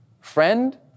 friend